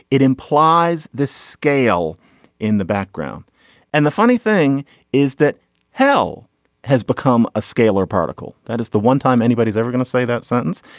it implies the scale in the background and the funny thing is that hell has become a scalar particle that is the one time anybody's ever gonna say that sentence.